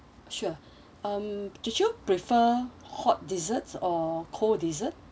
sure um did you prefer hot desserts or cold dessert